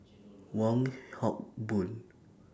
Wong Hock Boon